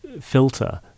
filter